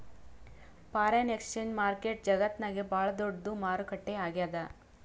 foreign exchange market ಜಗತ್ತ್ನಾಗೆ ಭಾಳ್ ದೊಡ್ಡದ್ ಮಾರುಕಟ್ಟೆ ಆಗ್ಯಾದ